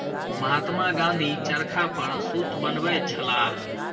महात्मा गाँधी चरखा पर सूत बनबै छलाह